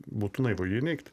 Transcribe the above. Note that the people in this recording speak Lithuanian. būtų naivu jį neigti